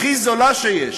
הכי זולה שיש?